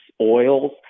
oils